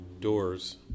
doors